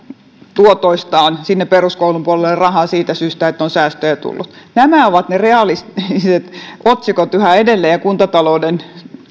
tuotoistaan sinne peruskoulun puolelle rahaa siitä syystä että on säästöjä tullut nämä ovat ne realistiset otsikot yhä edelleen ja kuntatalouden